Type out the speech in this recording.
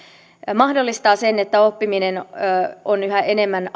mahdollistaa sen että oppiminen on yhä enemmän